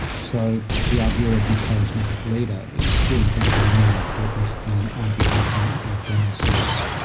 so the idea of the charismatic leader is still probably more important than ideology in a formal sense.